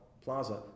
Plaza